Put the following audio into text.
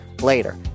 later